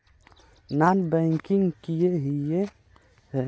Non banking किए हिये है?